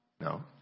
No